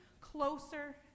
closer